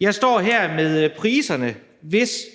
Jeg står her med priserne for